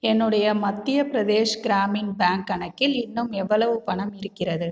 என்னுடைய மத்திய பிரதேஷ் கிராமின் பேங்க் கணக்கில் இன்னும் எவ்வளவு பணம் இருக்கிறது